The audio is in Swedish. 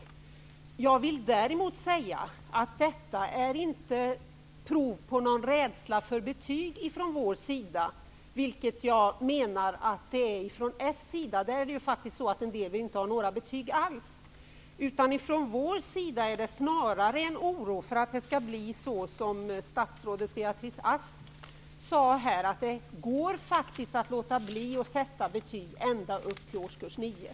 Detta inte är prov på någon rädsla för betyg från vår sida, vilket jag menar att det är från Socialdemokraternas sida -- där vill en del inte ha några betyg alls. Från vår sida är det snarare uttryck för en oro för att det skall bli så som statsrådet Beatrice Ask sade. Det går faktiskt att låta bli att sätta betyg ända upp till årskurs 9.